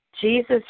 Jesus